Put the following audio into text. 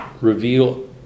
reveal